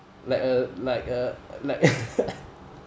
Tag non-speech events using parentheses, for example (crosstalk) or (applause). like a like a like (laughs)